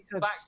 back